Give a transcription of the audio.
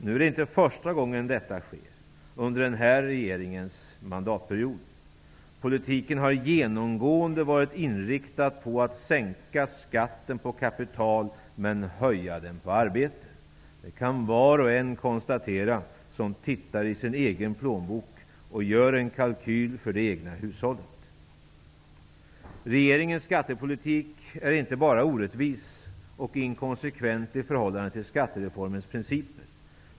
Nu är det inte första gången detta sker under den här regeringens mandatperiod. Politiken har genomgående varit inriktad på att sänka skatten på kapital men att höja den på arbete. Det kan var och en konstatera genom att titta i sin egen plånbok och göra en kalkyl för det egna hushållet. Regeringens skattepolitik är inte bara orättvis och inkonsekvent i förhållande till skattereformens principer.